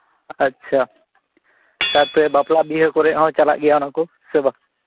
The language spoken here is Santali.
ᱟᱪᱪᱷᱟ ᱛᱟᱨᱯᱚᱨᱮ ᱵᱟᱯᱞᱟ ᱵᱤᱦᱟᱹ ᱠᱚᱨᱮ ᱦᱚᱸ ᱪᱟᱞᱟᱜ ᱜᱮᱭᱟ ᱚᱱᱟ ᱠᱚ ᱥᱮ ᱵᱟᱝ